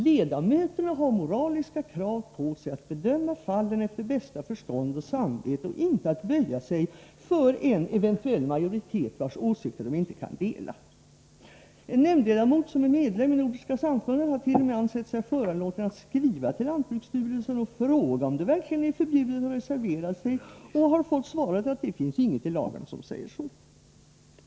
Ledamöterna har moraliska krav på sig att bedöma fallen efter bästa förstånd och samvete, inte att böja sig för en eventuell majoritet vars åsikter de inte kan dela. En nämndledamot, som är medlem i Nordiska samfundet mot plågsamma djurförsök, har t.o.m. ansett sig föranlåten att skriva till lantbruksstyrelsen och fråga om det verkligen är förbjudet att reservera sig och då fått svaret att det inte finns något i lagen som säger så.